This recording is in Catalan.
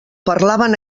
parlaven